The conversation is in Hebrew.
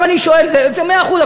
עכשיו אני שואל: מאה אחוז,